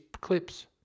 clips